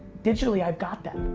digitally i got that.